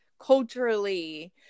culturally